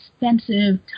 expensive